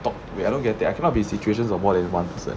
eh wait I don't get it I cannot be in situations of more than one person